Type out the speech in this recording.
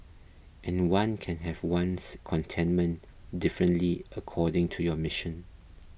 and one can have one's contentment differently according to your mission